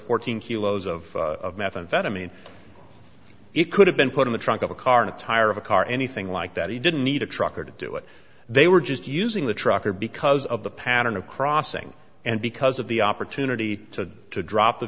fourteen kilos of methamphetamine it could have been put in the trunk of a car in a tire of a car or anything like that he didn't need a trucker to do it they were just using the truck or because of the pattern of crossing and because of the opportunity to drop the